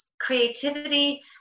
creativity